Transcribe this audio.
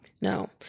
No